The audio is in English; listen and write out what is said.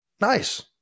Nice